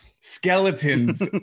skeletons